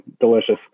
delicious